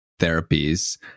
therapies